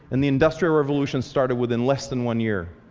and the industrial revolution started within less than one year.